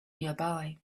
nearby